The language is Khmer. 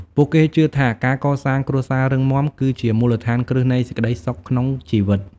ពួកគេជឿថាការកសាងគ្រួសាររឹងមាំគឺជាមូលដ្ឋានគ្រឹះនៃសេចក្តីសុខក្នុងជីវិត។